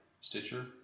Stitcher